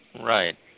Right